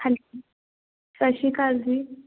ਹਾਂਜੀ ਸਤਿ ਸ਼੍ਰੀ ਅਕਾਲ ਜੀ